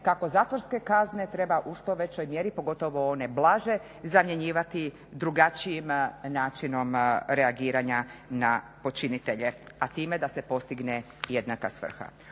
kako zatvorske kazne treba u što većoj mjeri pogotovo one blaže zamjenjivati drugačijim načinom reagiranja na počinitelje a time da se postigne jednaka svrha.